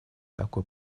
такой